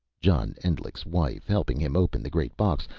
john endlich's wife, helping him open the great box,